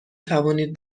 توانید